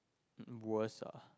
worst ah